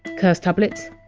curse tablets,